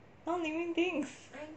non living things